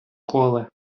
коле